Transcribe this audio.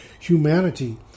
humanity